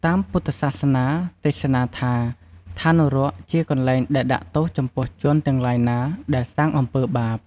តាមពុទ្ធសាសនា ទេសនាថា ឋាននរកជាកន្លែងដែលដាក់ទោសចំពោះជនទាំងឡាយណាដែលសាងអំពីបាប។